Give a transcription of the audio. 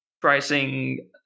pricing